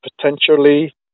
potentially